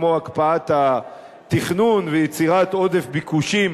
כמו הקפאת התכנון ויצירת עודף ביקושים